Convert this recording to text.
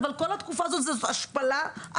אבל כל התקופה הזאת היא השפלה איומה,